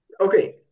Okay